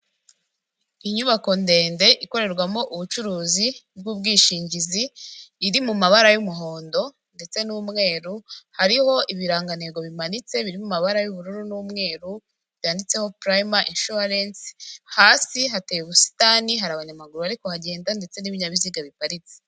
Inyubako ndende ikorerwamo ubucuruzi bw'ubwishingizi, iri mu mabara y'umuhondo ndetse n'umweru, hariho ibirangantego bimanitse birimo amabara y'ubururu n'umweru, byanditseho purayime inshuwarensi, hasi hateye ubusitani, hari abanyamaguru barikuhagenda ndetse n'ibinyabiziga biparitse.